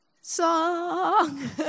song